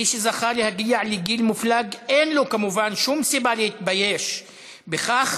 מי שזכה להגיע לגיל מופלג אין לו כמובן שום סיבה להתבייש בכך,